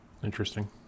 Interesting